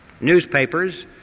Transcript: newspapers